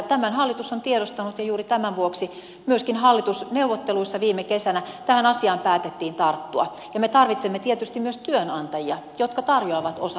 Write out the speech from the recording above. tämän hallitus on tiedostanut ja juuri tämän vuoksi myöskin hallitusneuvotteluissa viime kesänä tähän asiaan päätettiin tarttua ja me tarvitsemme tietysti myös työnantajia jotka tarjoavat osa aikatyötä